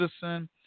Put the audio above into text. citizen